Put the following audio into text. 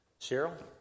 Cheryl